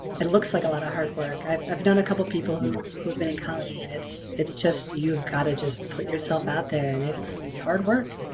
it looks like a lot of hard work. i've known a couple people who who have been in comedy and it's it's just you've got to just put yourself out there and it's it's hard work,